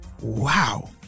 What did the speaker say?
Wow